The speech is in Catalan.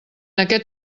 aquest